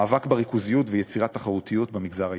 מאבק בריכוזיות ויצירת תחרותיות במגזר העסקי.